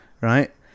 right